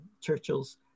Churchill's